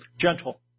Gentle